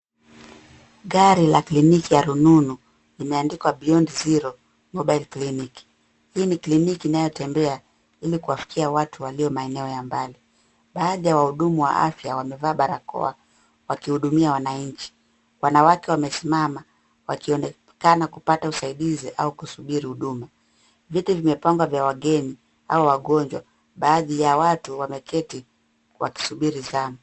Gari la kliniki ya rununu limeandikwa beyond zero mobile clinic . Hii ni kliniki inayotembea ili kuwafikia watu walio maeneo ya mbali. Baadhi ya wahudumu wa afya wamevaa barakoa, wakihudumia wananchi. Wanawake wamesimama, wakionekana kupata usaidizi au kusubiri huduma. Viti vimepangwa vya wageni, au wagonjwa. Baadhi ya watu wameketi wakisubiri zamu.